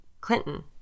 Clinton